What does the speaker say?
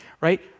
right